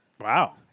Wow